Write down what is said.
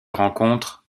rencontre